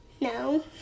No